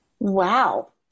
Wow